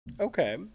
Okay